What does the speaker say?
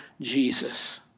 Jesus